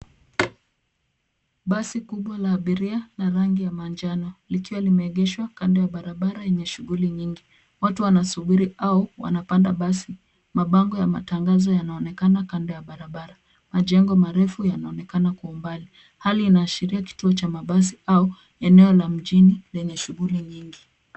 Basi kubwa la abiria la rangi ya njano likiwa limeegeshwa kando ya barabara yenye shughuli nyingi, watu wanasubiri au wanapanda basi , mabango ya matangazo yanaonekana kando ya barabara. Majengo marefu yanaonekana kwa umbali hali inaashiria kituo cha mabasi au eneo la mjini lenye shughuli nyingi.